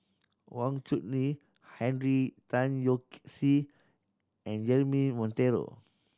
Wang Chunde Henry Tan Yoke See and Jeremy Monteiro